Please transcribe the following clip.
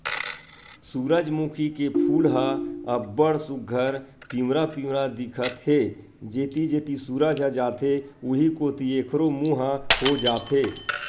सूरजमूखी के फूल ह अब्ब्ड़ सुग्घर पिंवरा पिंवरा दिखत हे, जेती जेती सूरज ह जाथे उहीं कोती एखरो मूँह ह हो जाथे